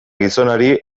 gizonari